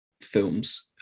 films